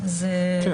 זה לא